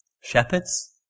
Shepherds